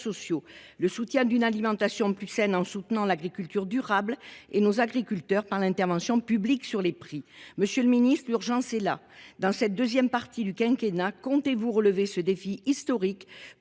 sociaux ; le développement d’une alimentation plus saine, en soutenant l’agriculture durable et nos agriculteurs par l’intervention publique sur les prix. Monsieur le ministre, l’urgence est là. En cette seconde partie du quinquennat, comptez vous relever ce défi historique